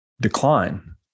decline